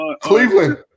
Cleveland